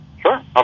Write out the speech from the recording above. Sure